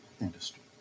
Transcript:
industry